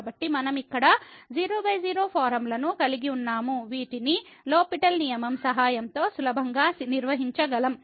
కాబట్టి మనం ఇక్కడ 00 ఫారమ్ను కలిగి ఉన్నాము వీటిని లో పిటెల్ L'Hospital నియమం సహాయంతో సులభంగా నిర్వహించగలం